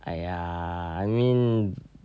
!aiya! I mean